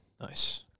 Nice